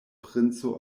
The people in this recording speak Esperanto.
princo